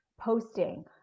posting